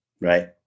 right